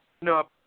No